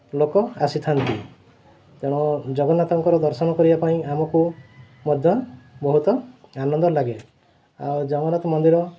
ଲୋକ ଆସିଥାନ୍ତି ତେଣୁ ଜଗନ୍ନାଥଙ୍କର ଦର୍ଶନ କରିବା ପାଇଁ ଆମକୁ ମଧ୍ୟ ବହୁତ ଆନନ୍ଦ ଲାଗେ ଆଉ ଜଗନ୍ନାଥ ମନ୍ଦିର